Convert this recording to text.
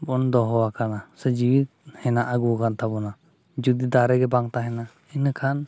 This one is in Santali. ᱵᱚᱱ ᱫᱚᱦᱚ ᱟᱠᱟᱫᱟ ᱥᱮ ᱦᱤᱣᱤ ᱦᱮᱱᱟᱜ ᱟᱹᱜᱩ ᱟᱠᱟᱫ ᱛᱟᱵᱚᱱᱟ ᱡᱩᱫᱤ ᱫᱟᱨᱮ ᱜᱮᱵᱟᱝ ᱛᱟᱦᱮᱱᱟ ᱤᱱᱟᱹ ᱠᱷᱟᱱ